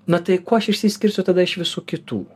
na tai kuo aš išsiskirsiu tada iš visų kitų